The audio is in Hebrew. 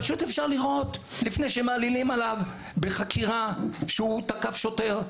פשוט אפשר לראות לפני שמעלילים עליו בחקירה שהוא תקף שוטר.